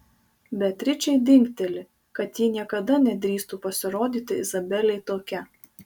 beatričei dingteli kad ji niekada nedrįstų pasirodyti izabelei tokia